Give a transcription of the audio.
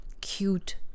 cute